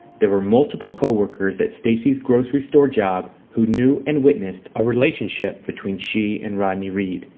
there were multiple coworkers at stacey's grocery store job who knew and witnessed a relationship between she and rodney reed.